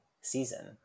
season